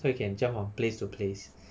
so he can jump from place to place